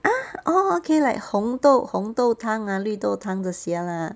orh okay like 红豆红豆汤 ah 绿豆汤这些 lah